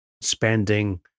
spending